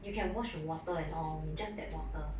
you can watch water and all only just tap water